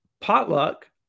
potluck